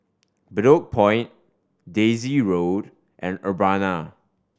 Bedok Point Daisy Road and Urbana